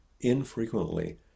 infrequently